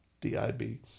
D-I-B